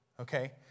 Okay